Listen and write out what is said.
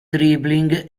dribbling